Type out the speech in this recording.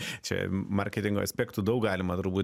čia marketingo aspektų daug galima turbūt